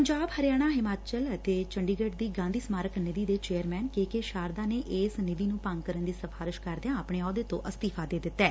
ਪੰਜਾਬ ਹਰਿਆਣਾ ਹਿਮਾਚਲ ਅਤੇ ਚੰਡੀਗੜ੍ਸ ਦੀ ਗਾਧੀ ਸਮਾਰਕ ਨਿੱਧੀ ਦੇ ਚੇਅਰਮੈਨ ਕੇ ਕੇ ਸ਼ਾਰਦਾ ਨੇ ਇਸ ਨਿੱਧੀ ਨੂੰ ਭੰਗ ਕਰਨ ਦੀ ਸਿਫ਼ਾਰਿਸ਼ ਕਰਦਿਆਂ ਆਪਣੇ ਅਹੁੱਦੇ ਤੋਂ ਅਸਤੀਫ਼ਾ ਦੇ ਦਿੱਤਾ ਐ